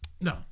No